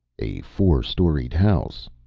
a four-storied house,